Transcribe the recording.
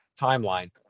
timeline